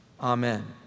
Amen